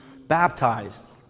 baptized